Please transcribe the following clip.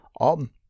Um